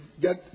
Get